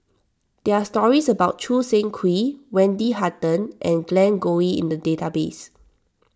there are stories about Choo Seng Quee Wendy Hutton and Glen Goei in the database